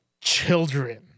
children